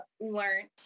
learned